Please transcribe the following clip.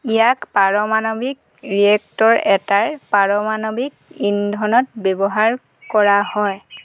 ইয়াক পাৰমাণৱিক ৰিয়েক্টৰ এটাৰ পাৰমাণৱিক ইন্ধনত ব্যৱহাৰ কৰা হয়